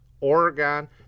Oregon